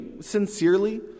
sincerely